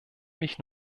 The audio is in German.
mich